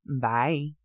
Bye